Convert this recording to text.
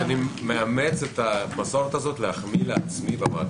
אני מאמץ את המסורת הזאת להחמיא לעצמי בוועדה.